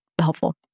helpful